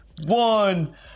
one